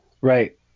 right